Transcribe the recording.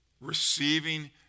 receiving